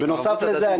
בנוסף לכך,